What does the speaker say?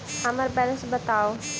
हम्मर बैलेंस बताऊ